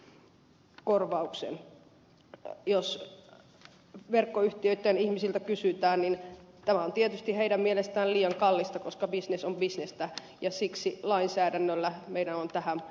jos verkkoyhtiöitten ihmisiltä kysytään tämä on tietysti heidän mielestään liian kallista koska bisnes on bisnestä ja siksi lainsäädännöllä meidän on tähän puututtava